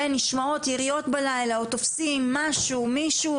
ונשמעות יריות בלילה או תופסים משהו או מישהו,